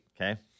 Okay